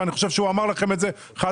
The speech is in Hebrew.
ואני חושב שהוא אמר לכם את זה חד-משמעית,